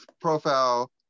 profile